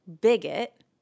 bigot